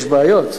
יש בעיות?